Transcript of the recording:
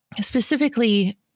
specifically